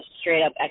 straight-up